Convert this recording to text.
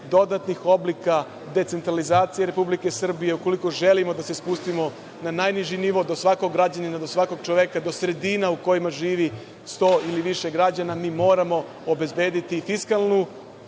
dodatnih oblika decentralizacije Republike Srbije. Ukoliko želimo da se spustimo na najniži nivo do svakog građanina, do svakog čoveka, do sredina u kojima živi 100 ili više građana, mi moramo obezbediti fiskalnu